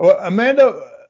Amanda